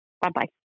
Bye-bye